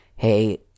Hey